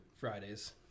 Fridays